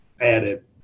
added